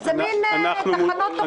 זה מין טחנות טוחנות.